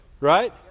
Right